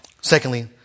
Secondly